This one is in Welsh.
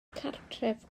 cartref